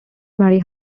mary